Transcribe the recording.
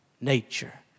nature